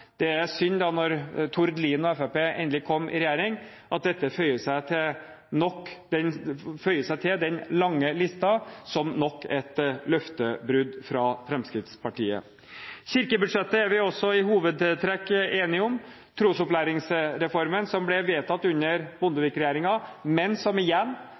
Det er synd da, når Tord Lien og Fremskrittspartiet endelig kom i regjering, at dette føyer seg til den lange listen som nok et løftebrudd fra Fremskrittspartiet. Kirkebudsjettet er vi også i hovedtrekk enige om. Trosopplæringsreformen, som ble vedtatt under Bondevik-regjeringen, men som igjen